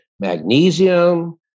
magnesium